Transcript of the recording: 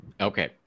Okay